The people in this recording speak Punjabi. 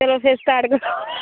ਚਲੋ ਫੇਰ ਸਟਾਰਟ ਕਰੋ